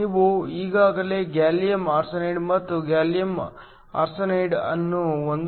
ನೀವು ಈಗಾಗಲೇ gallium arsenide ಮತ್ತು ಗ್ಯಾಲಿಯಂ ಆರ್ಸೆನೈಡ್ ಅನ್ನು 1